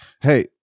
Hey